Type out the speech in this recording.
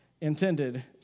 intended